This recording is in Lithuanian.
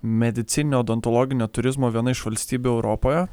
medicininio odontologinio turizmo viena iš valstybių europoje